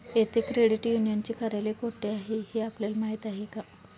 येथे क्रेडिट युनियनचे कार्यालय कोठे आहे हे आपल्याला माहित आहे का?